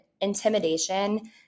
intimidation